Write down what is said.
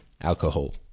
alcohol